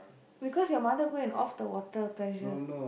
because your mother go and off the water pressure